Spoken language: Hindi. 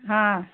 हाँ